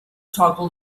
toggle